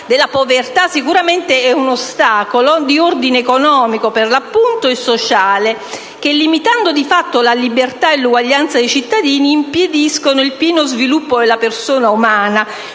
la povertà sicuramente è un ostacolo - «di ordine economico e sociale, che, limitando di fatto la libertà e l'eguaglianza dei cittadini, impediscono il pieno sviluppo della persona umana...».